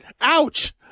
ouch